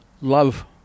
love